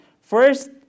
first